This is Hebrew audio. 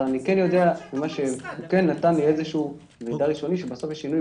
אבל הוא כן נתן לי איזשהו מידע ראשוני שבסוף יש שינוי